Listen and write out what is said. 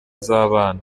z’abana